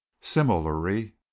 Similarly